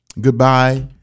Goodbye